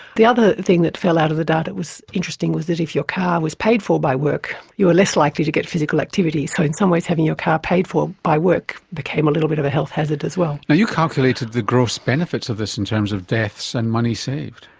the other thing that fell out of the data that was interesting was that if your car was paid for by work you were less likely to get physical activity. so in some ways having your car paid for by work became a little bit of a health hazard as well. you calculated the gross benefits of this in terms of deaths and money saved.